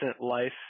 life